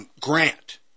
grant